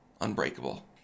Unbreakable